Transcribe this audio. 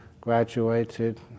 graduated